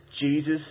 Jesus